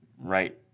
right